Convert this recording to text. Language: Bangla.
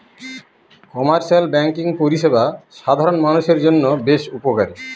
কমার্শিয়াল ব্যাঙ্কিং পরিষেবা সাধারণ মানুষের জন্য বেশ উপকারী